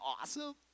awesome